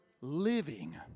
living